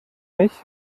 ich